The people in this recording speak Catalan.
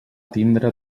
tindre